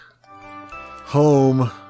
home